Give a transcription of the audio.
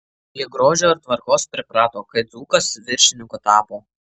prie grožio ir tvarkos priprato kai dzūkas viršininku tapo